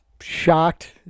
shocked